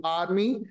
army